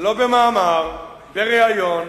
לא במאמר אלא בריאיון,